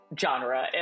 genre